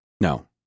No